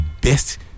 best